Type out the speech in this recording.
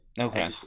Okay